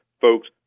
folks